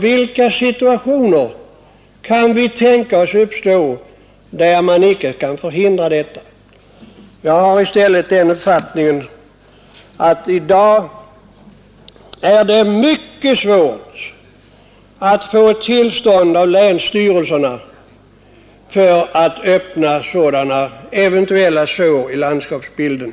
Vilka situationer kan tänkas uppstå, där detta icke nu kan förhindras? Jag har tvärtom den uppfattningen att det i dag är mycket svårt att få tillstånd av länsstyrelserna för öppnande av sår i landskapsbilden.